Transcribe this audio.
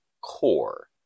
core